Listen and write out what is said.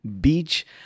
beach